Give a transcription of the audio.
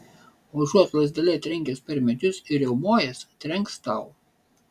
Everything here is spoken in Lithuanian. užuot lazdele trenkęs per medžius ir riaumojęs trenks tau